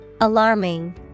Alarming